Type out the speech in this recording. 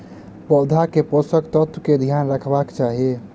पौधा के पोषक तत्व के ध्यान रखवाक चाही